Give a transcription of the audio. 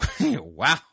Wow